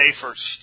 first